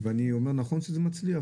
אני אומר נכון שזה מצליח?